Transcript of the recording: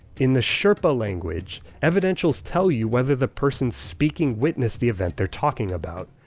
in the sherpa language, evidentials tell you whether the person speaking witnessed the event they're talking about.